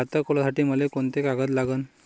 खात खोलासाठी मले कोंते कागद लागन?